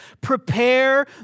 prepare